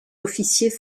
officiers